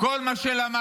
כל מה שלמדנו.